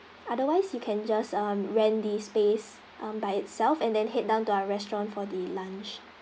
otherwise you can just um rent this space um by itself and then head down to our restaurant for the lunch